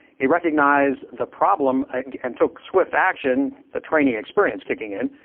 he recognize the problem and took swift action. the training experience kicking in.